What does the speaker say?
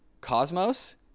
cosmos